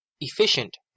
Efficient